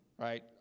Right